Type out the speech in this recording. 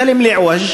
התלם העקום,